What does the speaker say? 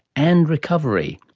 and recovery.